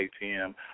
atm